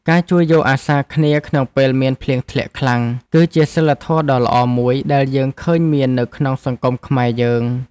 ការជួយយកអាសារគ្នាក្នុងពេលមានភ្លៀងធ្លាក់ខ្លាំង គឺជាសីលធម៌ដ៏ល្អមួយដែលយើងឃើញមាននៅក្នុងសង្គមខ្មែរយើង។